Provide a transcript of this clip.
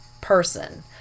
person